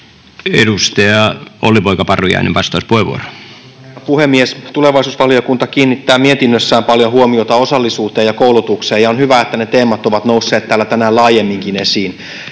Content: Arvoisa herra puhemies! Tulevaisuusvaliokunta kiinnittää mietinnössään paljon huomiota osallisuuteen ja koulutukseen, ja on hyvä, että ne teemat ovat nousseet täällä tänään laajemminkin esiin.